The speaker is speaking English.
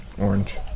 Orange